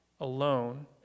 alone